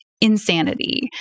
Insanity